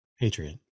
Patriot